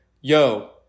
Yo